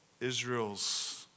Israel's